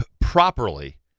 properly